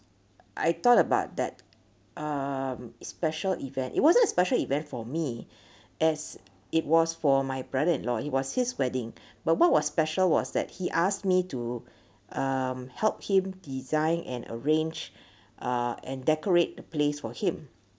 I thought about that um it's special event it wasn't a special event for me as it was for my brother-in-law it was his wedding but what was special was that he asked me to um help him design and arrange uh and decorate the place for him